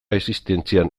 existentzian